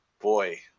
boy